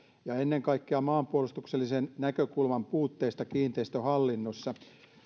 ja ennen kaikkea maanpuolustuksellisen näkökulman puutteesta kiinteistöhallinnossa